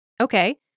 Okay